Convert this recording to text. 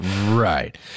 Right